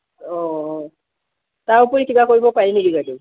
অঁ তাৰ উপৰি কিবা কৰিব পাৰি নেকি বাইদেউ